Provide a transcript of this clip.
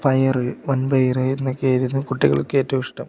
പയറ് വൻ പയറ് എന്നക്കെ ആയിരുന്നു കുട്ടികൾക്ക് ഏറ്റോവിഷ്ടം